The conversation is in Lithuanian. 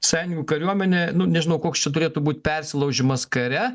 senių kariuomenė nu nežinau koks čia turėtų būti persilaužimas kare